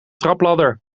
trapladder